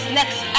next